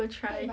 go try